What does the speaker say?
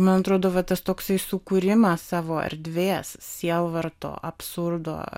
man atrodo va tas toksai sukūrimas savo erdvės sielvarto absurdo